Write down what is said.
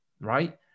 right